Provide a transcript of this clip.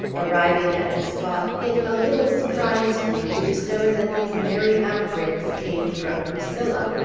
arriving at the spot, it a little surprised me to discover that these merry outbreaks came from priscilla.